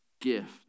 gift